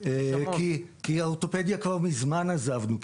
כי האורתופדיה כבר מזמן עזבנו,